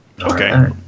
Okay